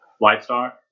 livestock